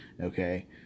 Okay